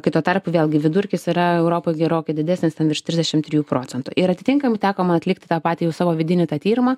kai tuo tarpu vėlgi vidurkis yra europoj gerokai didesnis ten virš trisdešimt trijų procentų ir atitinkamai teko man atlikti tą patį savo vidinį tą tyrimą